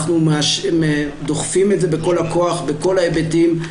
אנחנו דוחפים את זה בכל הכוח בכל ההיבטים,